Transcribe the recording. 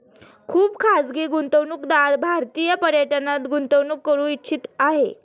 खुप खाजगी गुंतवणूकदार भारतीय पर्यटनात गुंतवणूक करू इच्छित आहे